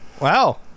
Wow